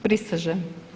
Prisežem.